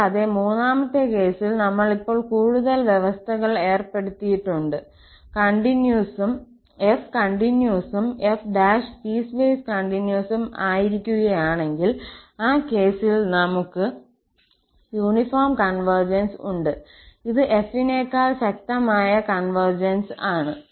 കൂടാതെ മൂന്നാമത്തെ കേസിൽ നമ്മൾ ഇപ്പോൾ കൂടുതൽ വ്യവസ്ഥകൾ ഏർപ്പെടുത്തിയിട്ടുണ്ട് f കണ്ടിന്യൂസും f′ പീസ്വേസ് കണ്ടിന്യൂസും ആയിരിക്കുകയാണെങ്കിൽ ആ കേസിൽ നമുക്ക് യൂണിഫോം കോൺവെർജൻസ് ഉണ്ട് ഇത് f നേക്കാൾ ശക്തമായ കോൺവെർജൻസ് ആണ്